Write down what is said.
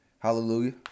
Hallelujah